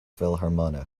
philharmonic